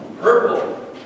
Purple